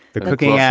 the cooking yeah